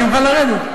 אני מוכן לרדת.